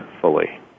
fully